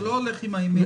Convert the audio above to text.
אתה לא הולך עם האמת שלך.